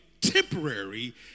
temporary